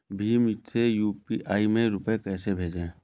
भीम से यू.पी.आई में रूपए कैसे भेजें?